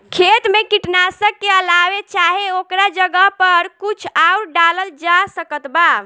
खेत मे कीटनाशक के अलावे चाहे ओकरा जगह पर कुछ आउर डालल जा सकत बा?